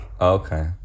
Okay